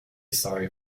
sorry